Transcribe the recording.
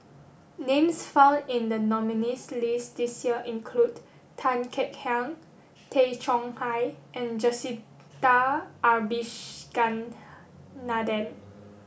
names found in the nominees' list this year include Tan Kek Hiang Tay Chong Hai and Jacintha Abisheganaden